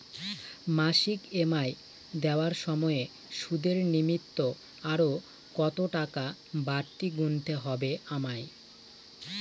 মাসিক ই.এম.আই দেওয়ার সময়ে সুদের নিমিত্ত আরো কতটাকা বাড়তি গুণতে হবে আমায়?